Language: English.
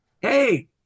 hey